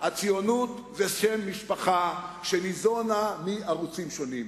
הציונות היא שם משפחה שניזון מערוצים שונים,